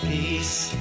Peace